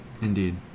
Indeed